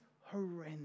horrendous